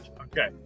Okay